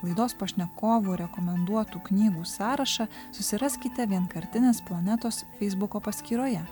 laidos pašnekovų rekomenduotų knygų sąrašą susiraskite vienkartinės planetos feisbuko paskyroje